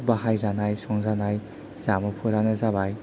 बाहायजानाय संजानाय जामुफोरानो जाबाय